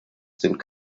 sind